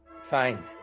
Fine